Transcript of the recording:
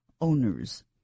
owners